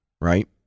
Right